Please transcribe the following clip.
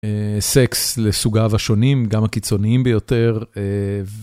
סקס לסוגיו השונים, גם הקיצוניים ביותר.